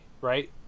right